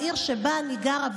בעיר שבה אני גרה,